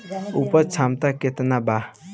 उपज क्षमता केतना वा?